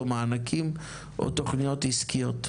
מענקים או תכניות עסקיות.